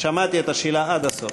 שמעתי את השאלה עד הסוף.